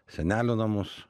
senelių namus